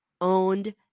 owned